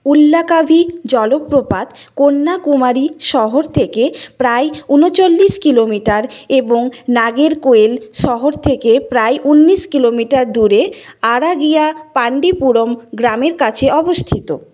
উলাক্কাই আরুভি জলপ্রপাত কন্যাকুমারী শহর থেকে প্রায় উনচল্লিশ কিলোমিটার এবং নাগেরকোয়েল শহর থেকে প্রায় উনিশ কিলোমিটার দূরে আজাগিয়াপান্ডিয়াপুরমের গ্রামের কাছে অবস্থিত